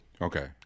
okay